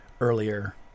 earlier